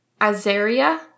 Azaria